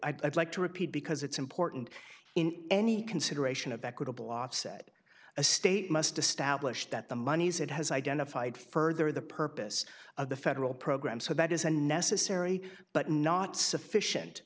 now i'd like to repeat because it's important in any consideration of equitable offset a state must establish that the monies it has identified further the purpose of the federal program so that is a necessary but not sufficient